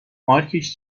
مارکش